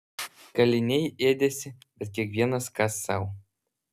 kaliniai ėdėsi bet kiekvienas kas sau